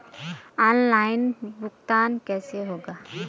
Online भुगतान कैसे होगा?